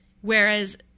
Whereas